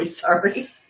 sorry